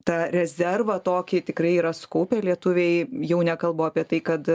tą rezervą tokį tikrai yra sukaupę lietuviai jau nekalbu apie tai kad